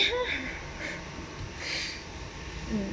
ya mm